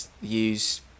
use